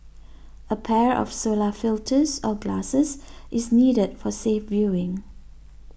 a pair of solar filters or glasses is needed for safe viewing